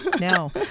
no